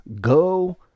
go